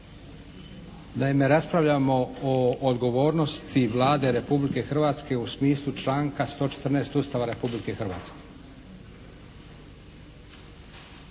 Naime raspravljamo o odgovornosti Vlade Republike Hrvatske u smislu članka 114. Ustava Republike Hrvatske.